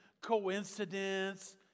coincidence